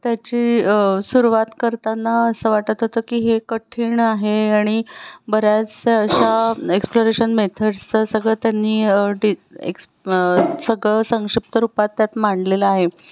त्याची सुरवात करताना असं वाटत होतं की हे कठीण आहे आणि बऱ्याचसे अशा एक्सप्लोरेशन मेथड्सचं सगळं त्यांनी एक्स सगळं संक्षिप्त रूपात त्यात मांडलेलं आहे